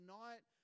night